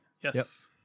Yes